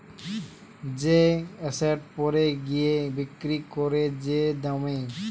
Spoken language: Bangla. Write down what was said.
যে এসেট পরে গিয়ে বিক্রি করে যে দামে